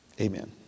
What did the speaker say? Amen